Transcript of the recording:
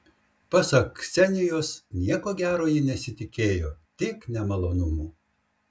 pasak ksenijos nieko gero ji nesitikėjo tik nemalonumų